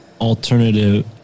alternative